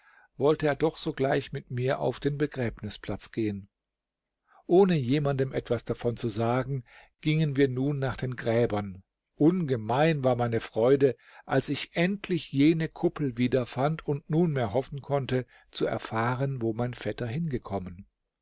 wollte er doch sogleich mit mir auf den begräbnisplatz gehen ohne jemandem etwas davon zu sagen gingen wir nun nach den gräbern ungemein war meine freude als ich endlich jene kuppel wiederfand und nunmehr hoffen konnte zu erfahren wo mein vetter hingekommen